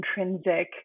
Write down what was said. intrinsic